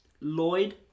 Lloyd